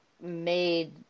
made